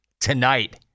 tonight